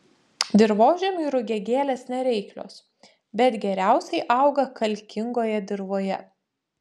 dirvožemiui rugiagėlės nereiklios bet geriausiai auga kalkingoje dirvoje